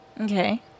Okay